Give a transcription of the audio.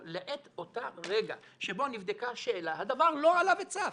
שלעת אותו רגע שבו נבדקה השאלה, הדבר לא עלה וצף.